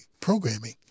programming